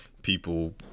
people